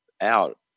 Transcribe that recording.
out